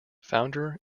founder